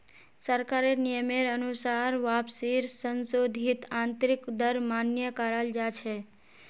सरकारेर नियमेर अनुसार वापसीर संशोधित आंतरिक दर मान्य कराल जा छे